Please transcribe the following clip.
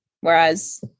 whereas